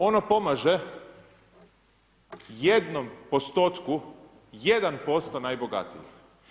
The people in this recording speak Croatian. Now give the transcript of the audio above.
Ono pomaže jednom postotku, 1% najbogatijih.